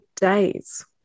days